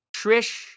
trish